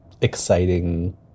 exciting